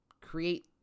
create